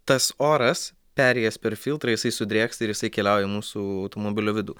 tas oras perėjęs per filtrą jisai sudrėksta ir jisai keliauja į mūsų automobilio vidų